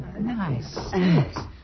Nice